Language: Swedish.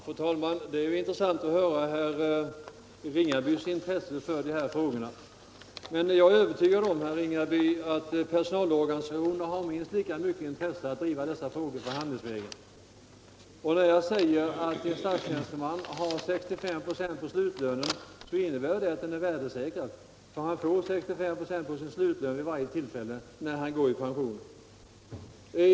Fru talman! När jag säger att en statstjänsteman har 65 96 av slutlönen, så innebär det att pensionen är värdesäkrad. Han får 65 96 på sin slutlön vid varje tillfälle. Det är ju intressant att höra herr Ringabys intresse för de här frågorna, men jag är övertygad om att personalorganisationerna har minst lika stort intresse för att driva dessa frågor förhandlingsvägen.